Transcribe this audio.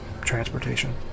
transportation